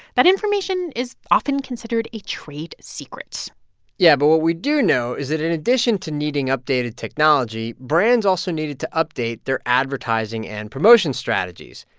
that information is often considered a trade secret yeah, but what we do know is that in addition to needing updated technology, brands also needed to update their advertising and promotion strategies.